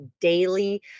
daily